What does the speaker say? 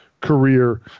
career